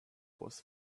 was